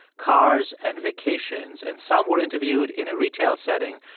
cars and vacations. and some were interviewed in a retail setting.